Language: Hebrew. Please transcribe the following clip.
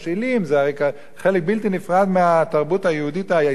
זה הרי חלק בלתי נפרד מהתרבות היהודית ההיסטורית.